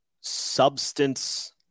substance